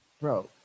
Bro